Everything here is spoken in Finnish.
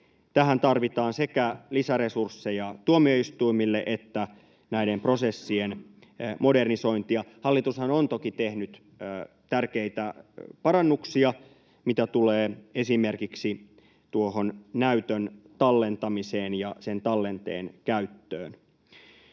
Tähän tarvitaan sekä lisäresursseja tuomioistuimille että näiden prosessien modernisointia. Hallitushan on toki tehnyt tärkeitä parannuksia, mitä tulee esimerkiksi näytön tallentamiseen ja sen tallenteen käyttöön.